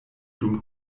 dum